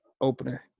opener